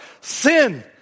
Sin